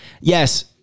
Yes